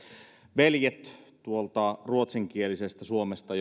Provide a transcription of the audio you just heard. veljet tuolta ruotsinkielisestä suomesta